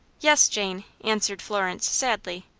yes, jane, answered florence, sadly.